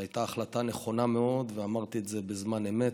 והייתה החלטה נכונה מאוד, ואמרתי את זה בזמן אמת,